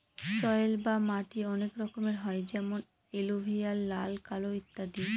soil বা মাটি অনেক রকমের হয় যেমন এলুভিয়াল, লাল, কালো ইত্যাদি